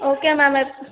okay ma'am